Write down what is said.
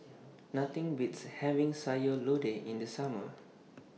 Nothing Beats having Sayur Lodeh in The Summer